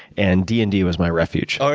and d and d was my refuge. oh